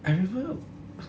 I remember